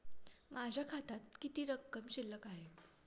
माझ्या खात्यात किती रक्कम शिल्लक आहे?